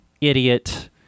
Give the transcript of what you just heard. idiot